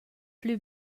plü